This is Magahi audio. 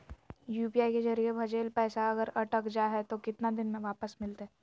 यू.पी.आई के जरिए भजेल पैसा अगर अटक जा है तो कितना दिन में वापस मिलते?